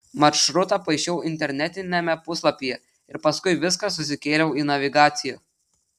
maršrutą paišiau internetiniame puslapyje ir paskui viską susikėliau į navigaciją